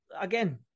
again